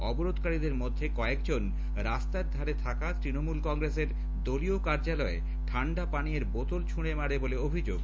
অবরোধকারীদের মধ্যে কয়েকজন রাস্তার ধারে থাকা তৃণমূল কংগ্রেসের দলীয় কার্যালয়ে ঠান্ডা পানীয়ের বোতল ছুঁড়ে মেরেছে বলে অভিযোগ